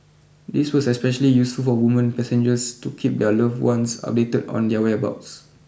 this was especially useful for women passengers to keep their loved ones updated on their whereabouts